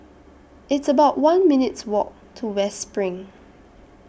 It's about one minutes' Walk to West SPRING